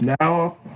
now